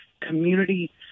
community